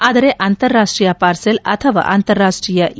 ಆದರೆ ಅಂತಾರಾಷ್ಟೀಯ ಪಾರ್ಸೆಲ್ ಅಥವಾ ಅಂತಾರಾಷ್ಷೀಯ ಇ